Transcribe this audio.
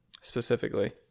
Specifically